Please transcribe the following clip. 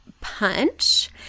punch